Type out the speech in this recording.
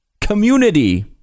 Community